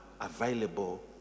available